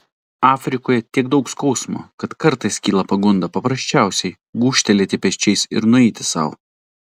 afrikoje tiek daug skausmo kad kartais kyla pagunda paprasčiausiai gūžtelėti pečiais ir nueiti sau